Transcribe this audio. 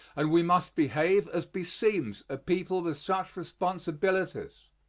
and we must behave as beseems a people with such responsibilities.